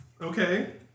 Okay